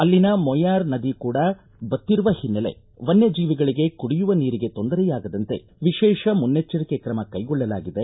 ಅಲ್ಲಿನ ಮೊಯಾರ್ ನದಿ ಕೂಡ ಬತ್ತಿರುವ ಹಿನ್ನೆಲೆ ವನ್ಯ ಜೀವಿಗಳಿಗೆ ಕುಡಿಯುವ ನೀರಿಗೆ ತೊಂದರೆಯಾಗದಂತೆ ವಿಶೇಷ ಮುನ್ನೆಜ್ವರಿಕೆ ಕ್ರಮ ಕೈಗೊಳ್ಳಲಾಗಿದೆ